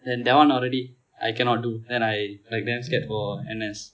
then that [one] already I cannot do then I like damn scared for N_S